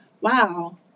wow